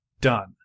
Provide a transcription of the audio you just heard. done